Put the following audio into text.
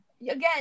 again